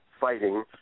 fighting